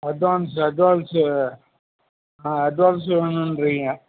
advance advance advance வேணும்ன்றீங்க